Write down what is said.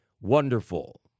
wonderful